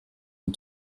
und